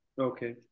Okay